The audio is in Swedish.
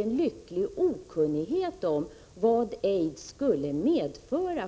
i lycklig okunnighet om vad ääds Z—G GAH. skulle medföra.